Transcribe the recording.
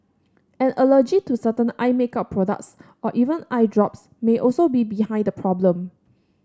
an allergy to certain eye makeup products or even eye drops may also be behind the problem